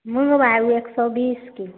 मुङ्गबा एगो एक सए बीसके